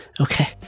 Okay